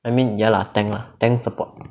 I mean ya lah tank lah tank support